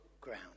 ground